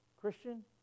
Christian